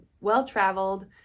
well-traveled